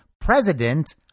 president